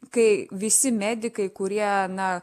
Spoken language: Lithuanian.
kai visi medikai kurie na